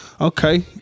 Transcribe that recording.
okay